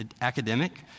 academic